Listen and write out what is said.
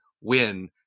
win